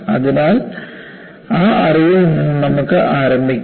അതിനാൽ ആ അറിവിൽ നിന്നും നമുക്ക് ആരംഭിക്കാം